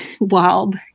wild